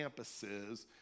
campuses